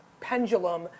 pendulum